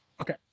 Okay